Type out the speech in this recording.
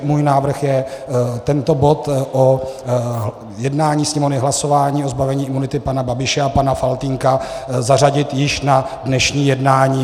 Můj návrh je tento bod jednání Sněmovny a hlasování o zbavení imunity pana Babiše a pana Faltýnka zařadit již na dnešní jednání.